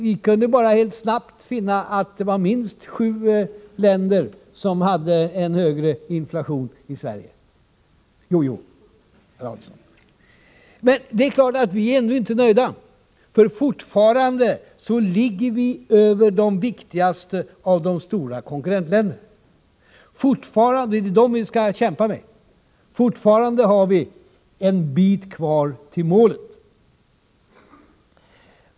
Vi kunde emellertid snabbt konstatera att minst sju länder hade en högre inflation än Sverige - jojo, herr Adelsohn! -— Jag förstår att herr Adelsohn nu behöver goda råd. Men vi är naturligtvis ännu inte nöjda, för fortfarande ligger Sverige över de viktigaste av de stora konkurrentländerna, och det är dem vi skall kämpa med. Fortfarande har vi en bit kvar till målet.